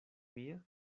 mia